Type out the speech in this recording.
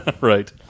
Right